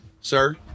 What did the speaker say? sir